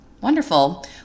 Wonderful